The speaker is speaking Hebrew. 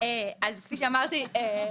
כפי שאמרתי,